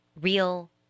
real